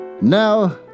Now